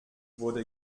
wurde